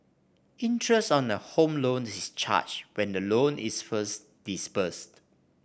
interest on a home loan is charged when the loan is first disbursed